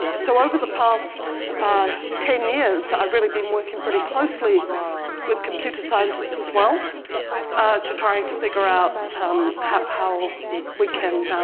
so, over the past ten years, i've really been working pretty closely with computer scientists as well to try and to figure out um how how we can